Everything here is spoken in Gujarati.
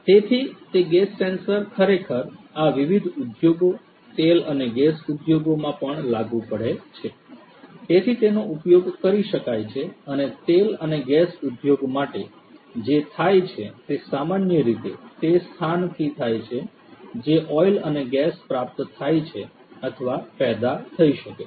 તેથી તે ગેસ સેન્સર ખરેખર આ વિવિધ ઉદ્યોગો તેલ અને ગેસ ઉદ્યોગો માં પણ લાગુ પડે છે તેથી તેનો ઉપયોગ કરી શકાય છે અને તેલ અને ગેસ ઉદ્યોગ માટે જે થાય છે તે સામાન્ય રીતે તે સ્થાનથી થાય છે જે ઓઈલ અને ગેસ પ્રાપ્ત થાય છે અથવા પેદા થઈ શકે છે